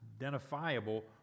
identifiable